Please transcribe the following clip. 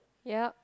ya